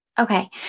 Okay